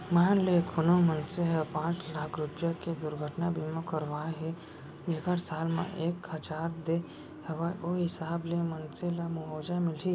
मान ले कोनो मनसे ह पॉंच लाख रूपया के दुरघटना बीमा करवाए हे जेकर साल म एक हजार दे हवय ओ हिसाब ले मनसे ल मुवाजा मिलही